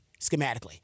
schematically